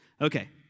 Okay